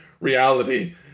reality